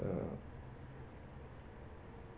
um